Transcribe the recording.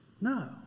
No